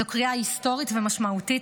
זו קריאה היסטורית ומשמעותית.